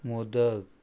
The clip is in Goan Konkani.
मोदक